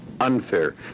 unfair